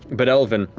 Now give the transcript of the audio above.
but elven,